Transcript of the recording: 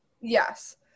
Yes